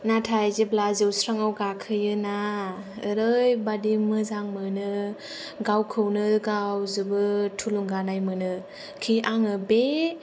नाथाय जेब्ला जौस्राङाव गाखोयोना ओरैबादि मोजां मोनो गावखौनो गाव जोबोद थुलुंगानाय मोनो कि आङो बे